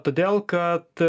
todėl kad